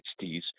1960s